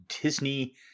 Disney